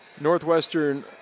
Northwestern